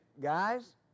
guys